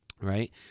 right